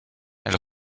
elle